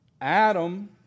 Adam